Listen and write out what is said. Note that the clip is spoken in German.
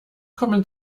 kommen